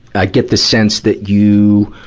i get the sense that you,